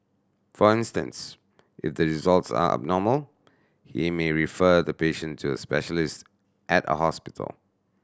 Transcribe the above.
for instance if the results are abnormal he may refer the patient to a specialist at a hospital